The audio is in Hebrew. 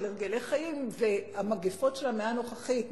הרגלי חיים והמגפות של המאה הנוכחית,